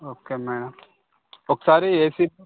okay madam ఒకసారి ఏసి